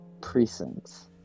precincts